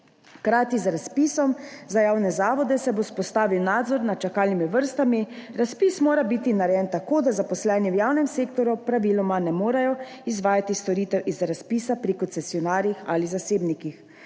Hkrati z razpisom za javne zavode se bo vzpostavil nadzor nad čakalnimi vrstami. Razpis mora biti narejen tako, da zaposleni v javnem sektorju praviloma ne morejo izvajati storitev iz razpisa pri koncesionarjih ali zasebnikih.